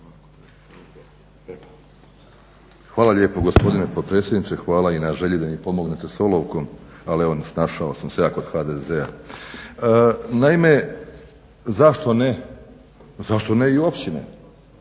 Hvala lijepo gospodine potpredsjedniče. Hvala i na želi da mi pomognete s olovkom ali snašao sam se ja kod HDZ-a. Naime, zašto ne i općine?